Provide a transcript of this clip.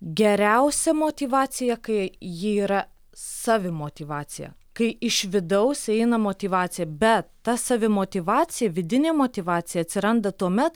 geriausia motyvacija kai ji yra savimotyvacija kai iš vidaus eina motyvacija bet ta savimotyvacija vidinė motyvacija atsiranda tuomet